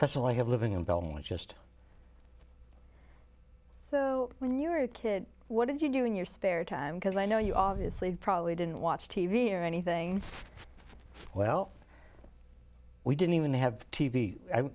that's all i have living in belmont just so when you're a kid what did you do in your spare time because i know you obviously probably didn't watch t v or anything well we didn't even have t